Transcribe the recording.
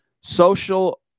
Social –